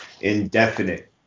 indefinite